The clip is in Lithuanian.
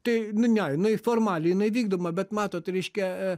tai nu ne jinai formaliai jinai vykdoma bet matot reiškia